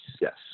yes